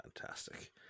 fantastic